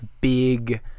big